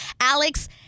Alex